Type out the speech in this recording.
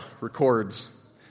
records